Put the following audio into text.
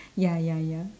ya ya ya